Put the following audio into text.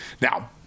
Now